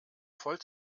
voll